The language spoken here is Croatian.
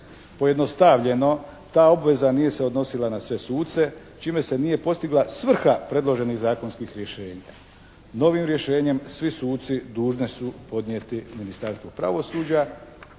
Pojednostavljeno ta obveza nije se odnosila na sve suce čime se nije postigla svrha predloženih zakonskih rješenja. Novim rješenjem svi suci dužni su podnijeti Ministarstvu pravosuđa